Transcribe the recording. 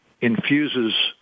infuses